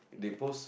they post